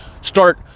start